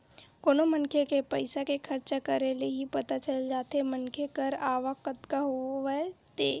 कोनो मनखे के पइसा के खरचा करे ले ही पता चल जाथे मनखे कर आवक कतका हवय ते